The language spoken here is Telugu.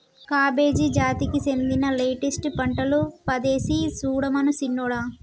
కాబేజి జాతికి సెందిన లెట్టస్ పంటలు పదేసి సుడమను సిన్నోడా